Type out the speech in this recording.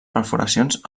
perforacions